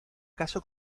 caso